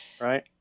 right